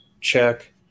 check